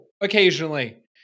occasionally